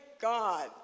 God